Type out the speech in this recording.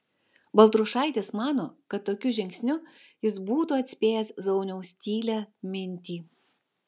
baltrušaitis mano kad tokiu žingsniu jis būtų atspėjęs zauniaus tylią mintį